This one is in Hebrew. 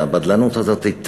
והבדלנות הדתית,